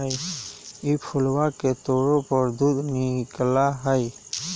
ई फूलवा के तोड़े पर दूध निकला हई